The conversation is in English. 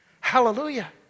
Hallelujah